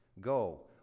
Go